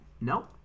nope